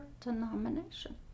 denomination